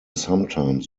sometimes